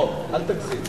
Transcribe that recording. אל תגזים.